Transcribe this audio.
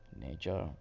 nature